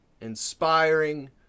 inspiring